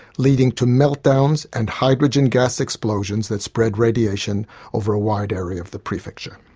leading to meltdowns and hydrogen gas explosions that spread radiation over a wide area of the prefecture.